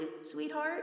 sweetheart